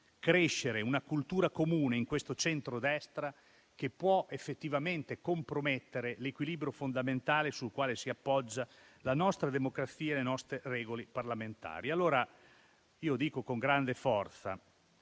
crescere una cultura comune, in questo centrodestra, che può effettivamente compromettere l'equilibrio fondamentale sul quale si appoggiano la nostra democrazia e le nostre regole parlamentari. È con grande forza,